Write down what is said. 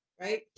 right